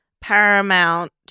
Paramount